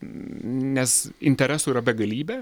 nes interesų yra begalybė